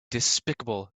despicable